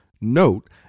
Note